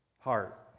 Heart